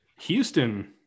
Houston